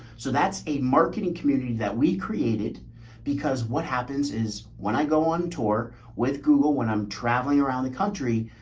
so that's a marketing community that we created because what happens is when i go on tour with google, when i'm traveling around the country,